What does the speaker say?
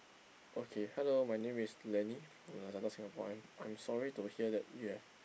okay hello my name is Lenny from Lazada Singapore I'm I'm sorry to hear that you have